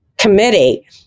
committee